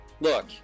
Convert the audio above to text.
Look